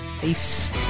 Peace